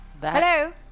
Hello